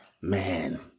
Man